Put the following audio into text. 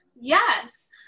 Yes